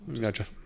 Gotcha